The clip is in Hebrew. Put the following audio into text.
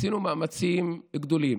עשינו מאמצים גדולים,